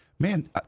Man